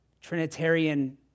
Trinitarian